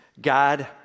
God